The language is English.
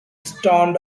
stormed